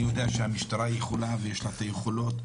אני יודע שהמשטרה יכולה ויש לה את היכולות.